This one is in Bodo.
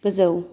गोजौ